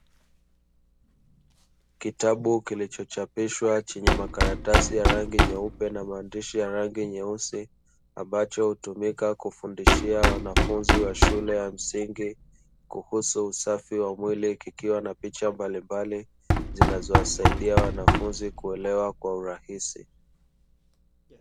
Kitabu kilichochapishwa chenye makaratasi ya rangi nyeupe na maandishi ya rangi nyeusi ambacho hutumika kufundishia wanafunzi wa shule ya msingi, kuhusu usafi wa mwili kikiwa na picha mbalimbali zinazowasaidia wanafunzi kuelewa kwa urahisi.